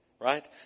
Right